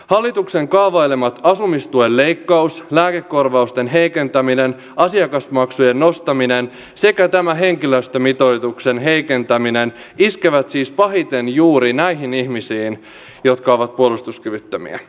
hallituksen kaavailemat asumistuen leikkaus lääkekorvausten heikentäminen asiakasmaksujen nostaminen sekä tämä henkilöstömitoituksen heikentäminen iskevät siis pahiten juuri näihin ihmisiin jotka ovat puolustuskyvyttömiä